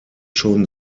schon